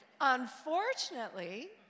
unfortunately